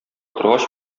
торгач